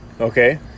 Okay